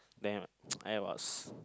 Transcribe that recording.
then I was